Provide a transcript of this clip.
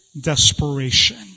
desperation